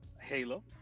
halo